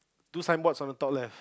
do signboards on the top left